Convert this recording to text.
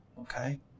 Okay